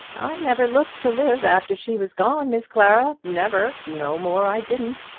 i never looked to live after she was gone, miss clara never. no more i didn't.